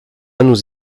nous